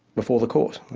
before the court.